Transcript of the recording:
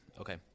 Okay